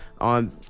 on